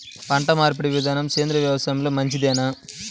పంటమార్పిడి విధానము సేంద్రియ వ్యవసాయంలో మంచిదేనా?